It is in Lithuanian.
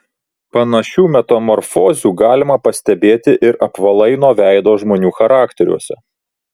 panašių metamorfozių galima pastebėti ir apvalaino veido žmonių charakteriuose